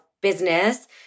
business